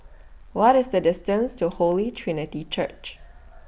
What IS The distance to Holy Trinity Church